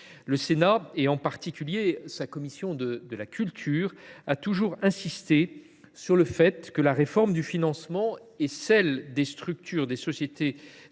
Le Sénat, en particulier sa commission de la culture, a toujours insisté sur le fait que la réforme du financement et celle de la structure de